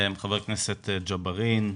חבר הכנסת ג'בארין,